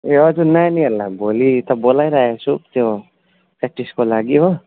ए हजुर नानीहरूलाई भोलि त बोलाइराखेको छु त्यो प्र्याक्टिसको लागि हो